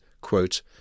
quote